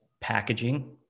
packaging